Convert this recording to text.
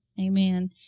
Amen